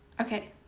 Okay